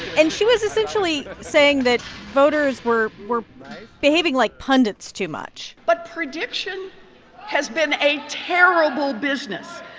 and she was essentially saying that voters were were behaving like pundits too much but prediction has been a terrible business,